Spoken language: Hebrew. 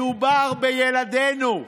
מדובר בילדינו.